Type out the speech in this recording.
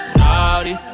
naughty